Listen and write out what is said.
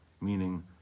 Meaning